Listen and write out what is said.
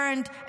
burned,